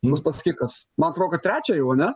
uspaskichas man atrodo trečią jau ane